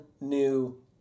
new